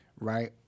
right